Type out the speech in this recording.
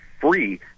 free